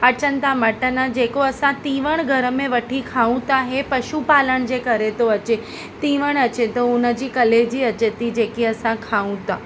अचनि था मटन जेको असां तिवणु घर में वठी खाऊं था हे पशु पालणु जे करे थो अचे तिवणु अचे थो हुनजी कलेजी अचे थी जेकी असां खाऊं था